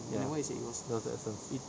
ya that was the essence